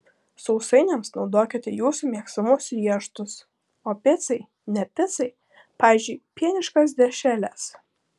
sausainiams naudokite jūsų mėgstamus riešutus o picai ne picai pavyzdžiui pieniškas dešreles